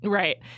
right